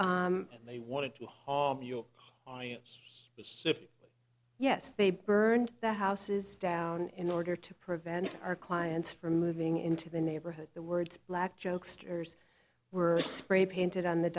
so they wanted to harm you if yes they burned their houses down in order to prevent our clients from moving into the neighborhood the words black jokesters were spray painted on the